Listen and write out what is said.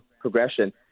progression